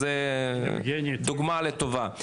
אז זו דוגמה לטובה.